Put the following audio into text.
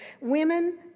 women